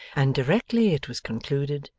and directly it was concluded,